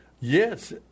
yes